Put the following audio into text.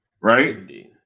Right